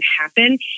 happen